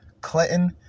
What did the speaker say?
Clinton